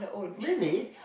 really